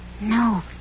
No